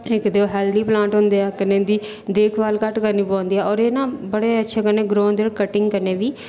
इक ते ओह् हेल्थी प्लांट होंदे ऐ कन्नै इंदी देखभाल घट्ट करना पौंदी ऐ होर एह् ना बड़े अच्छे कन्नै ग्रो होंदे कटिंग कन्नै बी